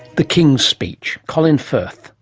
the king's speech, colin firth,